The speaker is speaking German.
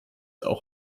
auch